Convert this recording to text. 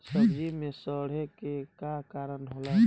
सब्जी में सड़े के का कारण होला?